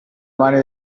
mani